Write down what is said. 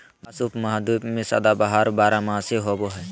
बाँस उपमहाद्वीप में सदाबहार बारहमासी होबो हइ